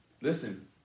listen